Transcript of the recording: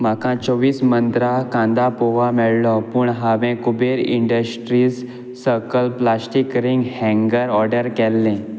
म्हाका चोवीस मंत्रा कांदा पोहा मेळ्ळो पूण हांवें Kuber industries circle plastic ring हँगर ऑर्डर केल्लें